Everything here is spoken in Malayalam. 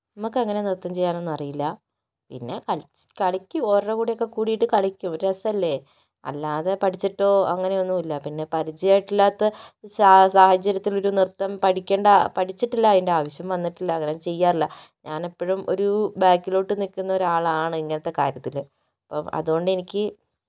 നമുക്ക് അങ്ങനെ നൃത്തം ചെയ്യാനൊന്നും അറിയില്ല പിന്നെ കളിച്ച കളിക്കും അവരുടെ കൂടെയൊക്കെ കൂടിയിട്ട് കളിക്കും ഒരു രസമല്ലെ അല്ലാതെ പഠിച്ചിട്ടോ അങ്ങനെയൊന്നുമില്ല പിന്നെ പരിചയായിട്ടില്ലാത്ത സാ സാഹചര്യത്തിൽ ഒരു നൃത്തം പഠിക്കണ്ട പഠിച്ചിട്ടില്ല അതിൻ്റെ ആവശ്യം വന്നിട്ടില്ല അങ്ങനെ ചെയ്യാറില്ല ഞാൻ എപ്പൊഴും ഒരു ബാക്കിലോട്ട് നിൽക്കുന്ന ഒരാളാണ് ഇങ്ങനത്തെ കാര്യത്തില് അപ്പം അതുകൊണ്ട് എനിക്ക്